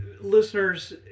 listeners